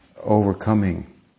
overcoming